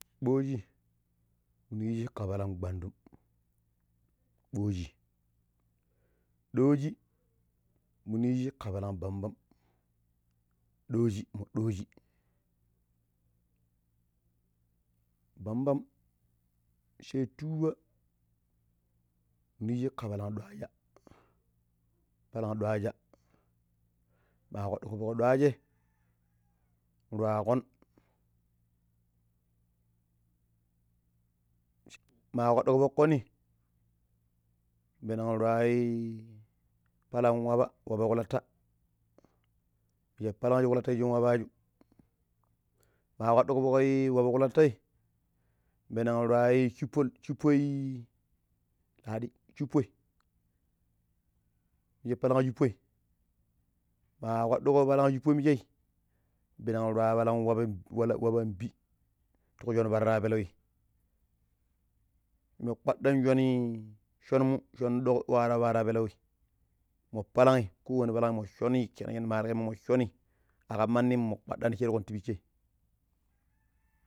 Baashi minu yiiji ka, palan gwandum, ɓaashi dooji minu yiiji ka palan dambum dooji dooji bambam sai tuuba minu yiishi ka palan dwaja, palan dwaja ma kpadoko fok dwajai nu rua kon, ma kpadiko fok koni npene ruiya pallan waaba waaba kuulata, minji palan shi kulata yiijin waapaju ma kpadikoi fok waapa kultai, npeenun ruai, shuufo shuufoi ladi shuufoi minje palan shuufoi ma kpadicco palan shuufo. Minjei, biran rua yei palan waapa waapa, waapa an bi ti kui shoon pattira peleui mommo kpaddan shoonomu shoonmu shon a dok waru ya pethirapeleui mo palen'i. Kowani palang mo shoni sha ni mari igema shomi akam mandi mo kpaɗɗani shirko ti peche.